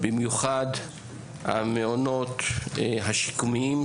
במיוחד המעונות השיקומיים,